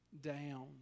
down